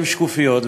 עם שקופיות,